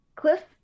Cliff